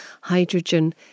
hydrogen